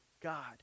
God